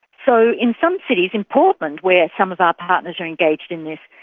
so in some cities, in portland, where some of our partners are engaged in this,